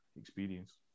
experience